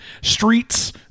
streets